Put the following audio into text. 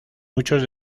muchos